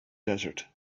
desert